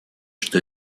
что